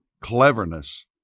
cleverness